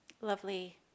lovely